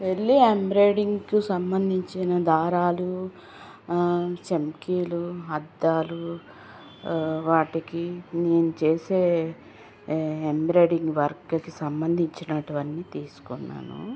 వెళ్ళి ఎంబ్రాయిడరింగ్కు సంబంధించిన దారాలు చమ్కీలు అద్దాలు వాటికి నేను చేసే ఎ ఎంబ్రాయిడరింగ్ వర్క్కి సంబంధించినవన్ని తీసుకున్నాను